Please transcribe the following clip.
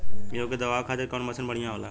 गेहूँ के दवावे खातिर कउन मशीन बढ़िया होला?